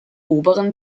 oberen